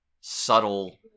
subtle